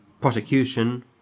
prosecution